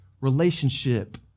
relationship